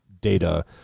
data